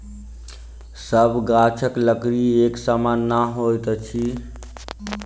सभ गाछक लकड़ी एक समान नै होइत अछि